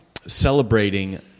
celebrating